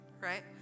right